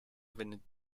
wendet